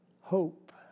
hope